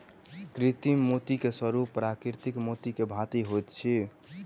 कृत्रिम मोती के स्वरूप प्राकृतिक मोती के भांति होइत अछि